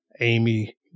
Amy